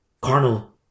carnal